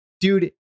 dude